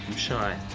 shy.